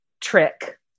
trick